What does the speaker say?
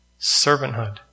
servanthood